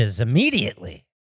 immediately